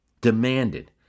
demanded